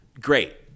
great